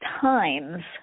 times